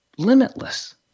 limitless